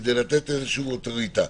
כדי לתת איזושהי אוטוריטה.